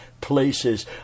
places